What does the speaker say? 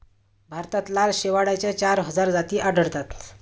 भारतात लाल शेवाळाच्या चार हजार जाती आढळतात